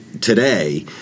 today